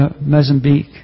Mozambique